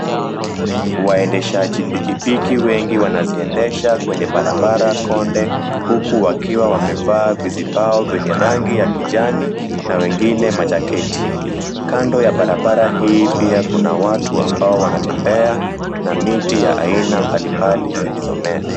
Waendeshaji pikipiki wengi, wanaziendesha kwenye barabara konde, huku wakiwa wamevaa vizibao venye rangi ya kijani na wengine majaketi, kando ya barabara hii pia kuna watu ambao wanatembea, na miti mbalimbali zilizo mea.